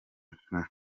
nka